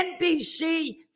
NBC